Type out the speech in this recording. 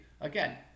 again